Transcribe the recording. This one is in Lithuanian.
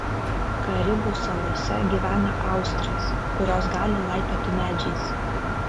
karibų salose gyvena austrės kurios gali laipioti medžiais